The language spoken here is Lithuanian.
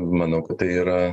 manau tai yra